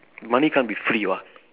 money can't be free what